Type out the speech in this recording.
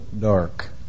dark